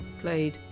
played